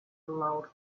allowed